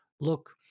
look